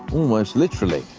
almost literally,